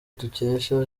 dukesha